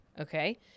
okay